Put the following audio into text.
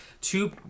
two